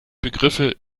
begriffe